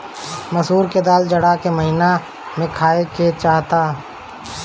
मसूर के दाल जाड़ा के महिना में खाए के चाही